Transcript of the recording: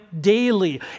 daily